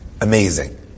Amazing